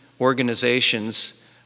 organizations